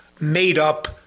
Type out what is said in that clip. made-up